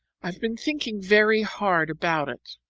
i've been thinking very hard about it.